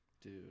Dude